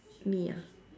me ah